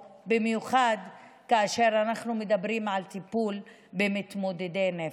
במיוחד כאשר אנחנו מדברים על טיפול במתמודדי נפש.